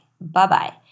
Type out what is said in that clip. Bye-bye